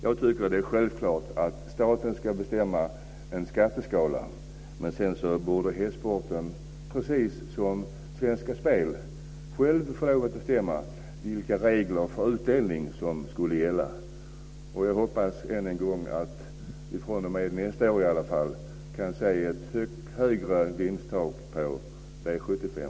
Jag tycker att det är självklart att staten ska bestämma skatteskalan men att hästsporten, precis som Svenska Spel, själv borde få bestämma vilka regler som ska gälla för utdelning. Jag hoppas alltså att vi i varje fall fr.o.m. nästa år kan få se ett högre vinsttak i V 75.